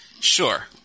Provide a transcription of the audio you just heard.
Sure